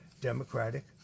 Democratic